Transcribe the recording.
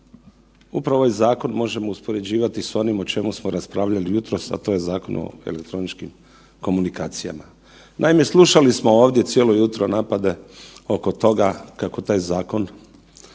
upravo ovaj zakon možemo uspoređivati s onim o čemu smo raspravljali jutros, a to je Zakon o elektroničkim komunikacijama. Naime, slušali smo ovdje cijelo jutro napade oko toga kako taj zakon